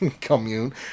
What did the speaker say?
commune